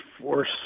force